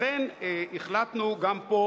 לכן החלטנו גם פה,